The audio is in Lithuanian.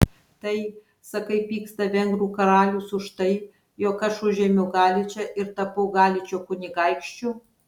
tai sakai pyksta vengrų karalius už tai jog aš užėmiau galičą ir tapau galičo kunigaikščiu